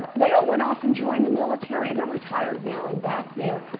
they all went off and joined the military. they're retired now and back there.